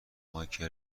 مایکل